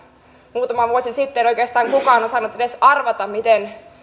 muutama vuosi sitten oikeastaan kukaan osannut edes arvata miten